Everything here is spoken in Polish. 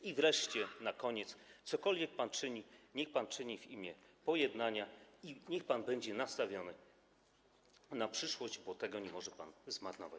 I wreszcie, na koniec, cokolwiek pan czyni, niech pan czyni w imię pojednania i niech pan będzie nastawiony na przyszłość, bo tego nie może pan zmarnować.